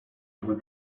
who